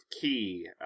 key